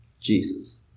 Jesus